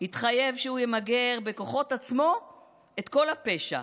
התחייב שהוא ימגר בכוחות עצמו את כל הפשע.